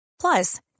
Plus